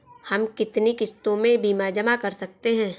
हम कितनी किश्तों में बीमा जमा कर सकते हैं?